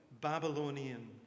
Babylonian